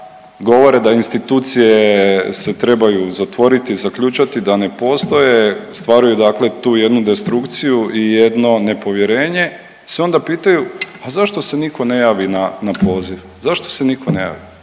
govore da institucije se trebaju zatvoriti, zaključati, da ne postoje, stvaraju dakle tu jednu destrukciju i jedno nepovjerenje se onda pitaju, a zašto se onda nitko ne javi na poziv, zašto se nitko ne javi.